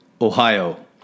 Ohio